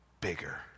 bigger